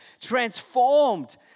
transformed